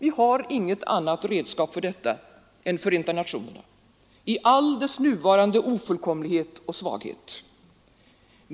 Vi har inget annat redskap för detta än Förenta nationerna, i alla dess nuvarande ofullkomligheter och svagheter.